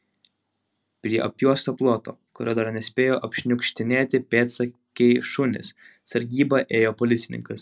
prie apjuosto ploto kurio dar nespėjo apšniukštinėti pėdsekiai šunys sargybą ėjo policininkas